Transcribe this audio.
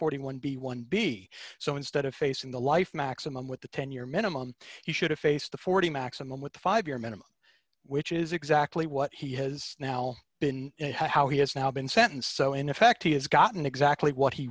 dollars b one b so instead of facing the life maximum with the ten year minimum he should have faced the forty maximum with a five year minimum which is exactly what he has now been in how he has now been sentenced so in effect he has gotten exactly what he